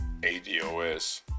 ADOS